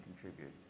contribute